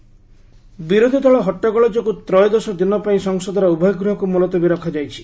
ପାର୍ ଆଡଜଣ୍ଣ ବିରୋଧୀ ଦଳ ହଟ୍ଟଗୋଳ ଯୋଗୁଁ ତ୍ରୟୋଦଶ ଦିନ ପାଇଁ ସଂସଦର ଉଭୟ ଗୃହକୁ ମୁଲତବୀ ରଖାଯାଇଛି